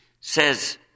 says